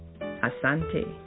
Asante